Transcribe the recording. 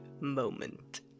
moment